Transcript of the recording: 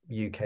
UK